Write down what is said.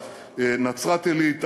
נצרת-עילית,